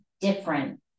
different